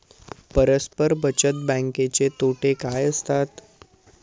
परस्पर बचत बँकेचे तोटे काय असतात?